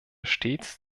stets